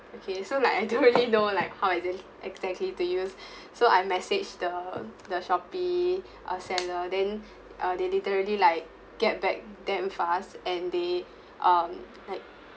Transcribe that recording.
okay so like I don't really know like how exac~ exactly to use so I message the the Shopee uh seller then they literally like get back damn fast and they um like